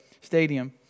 stadium